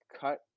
cut